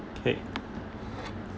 okay